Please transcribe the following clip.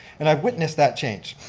and i've witnessed that change.